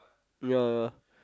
yeah yeah